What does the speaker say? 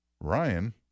Ryan